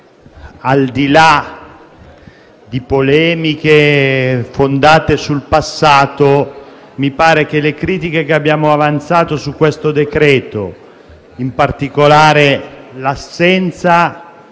Al di là di polemiche fondate sul passato, le critiche che abbiamo avanzato su questo decreto riguardano in particolare l'assenza